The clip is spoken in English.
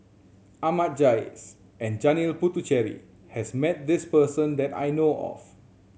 Ahmad Jais and Janil Puthucheary has met this person that I know of